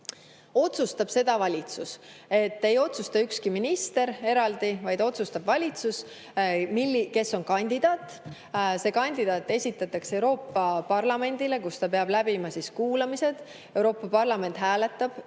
otsustab valitsus. Ei otsusta ükski minister eraldi, vaid otsustab valitsus, kes on kandidaat. See kandidaat esitatakse Euroopa Parlamendile, kus ta peab läbima kuulamised. Euroopa Parlament hääletab